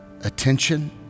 Attention